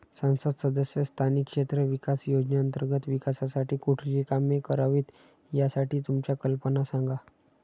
संसद सदस्य स्थानिक क्षेत्र विकास योजने अंतर्गत विकासासाठी कुठली कामे करावीत, यासाठी तुमच्या कल्पना सांगा